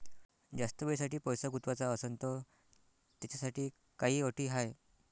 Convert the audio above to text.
जास्त वेळेसाठी पैसा गुंतवाचा असनं त त्याच्यासाठी काही अटी हाय?